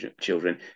children